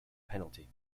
penalty